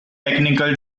technical